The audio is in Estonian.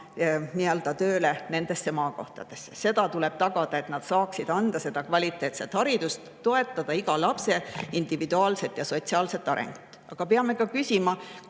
minema tööle maakohtadesse? See tuleb aga tagada, et õpetajad saaksid anda kvaliteetset haridust, toetada iga lapse individuaalset ja sotsiaalset arengut. Aga peame ka küsima,